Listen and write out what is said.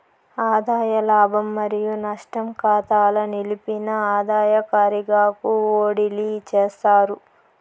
ఆదాయ లాభం మరియు నష్టం కాతాల నిలిపిన ఆదాయ కారిగాకు ఓడిలీ చేస్తారు